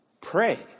Pray